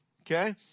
Okay